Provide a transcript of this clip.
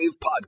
Podcast